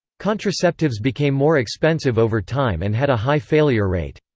contraceptives became more expensive over time and had a high failure rate.